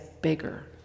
bigger